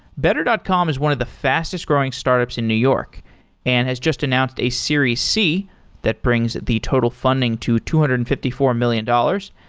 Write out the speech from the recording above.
better dot com is one of the fastest growing startups in new york and has just announced a series c that brings the total funding to two hundred and fifty four million dollars.